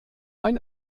ein